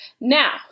Now